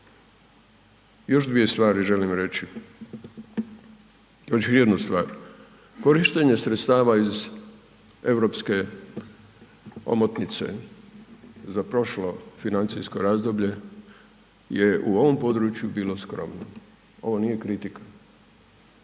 Još dvije stvari želim reći. Prvo ću jednu stvar. Korištenje sredstava iz europske omotnice za prošlo financijsko razdoblje je u ovom području bilo skromno. Ovo nije kritika.